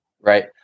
Right